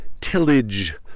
tillage